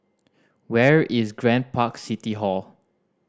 where is Grand Park City Hall